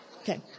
Okay